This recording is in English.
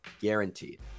guaranteed